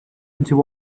into